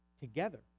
together